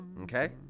Okay